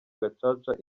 gacaca